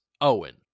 Owen